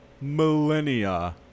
Millennia